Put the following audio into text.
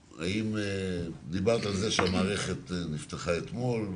דיברת על זה שהמערכת נפתחה אתמול,